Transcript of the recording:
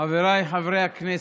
חבריי חברי הכנסת,